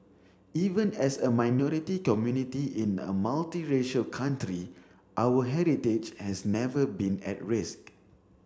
even as a minority community in a multiracial country our heritage has never been at risk